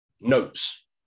notes